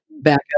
backup